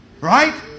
right